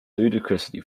ludicrously